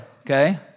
okay